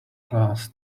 class